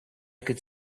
could